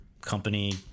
company